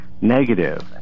negative